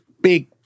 big